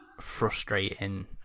frustrating